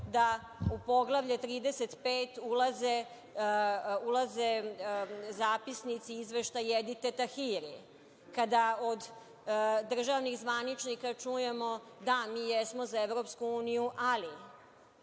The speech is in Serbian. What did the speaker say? da u poglavlje 35. ulaze zapisnici, izveštaji Edite Tahiri, kada od državnih zvaničnika čujemo – da, mi jesmo za EU, ali.